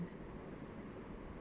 ya ya ya